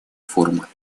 форума